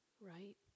right